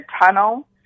tunnel